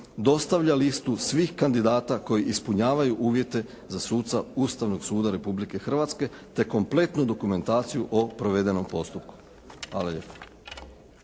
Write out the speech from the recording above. dostavlja listu svih kandidata koji ispunjavaju uvjete za suca Ustavnog suda Republike Hrvatske te kompletnu dokumentaciju o provedenom postupku. Hvala lijepa.